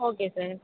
okay sir